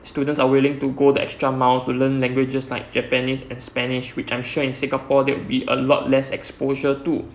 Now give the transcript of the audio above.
students are willing to go the extra mile to learn languages like japanese and spanish with I'm sure in singapore that will be a lot less exposure to